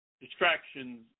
Distractions